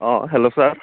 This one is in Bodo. अ हेल्ल' सार